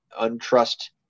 untrust